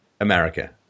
America